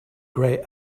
grey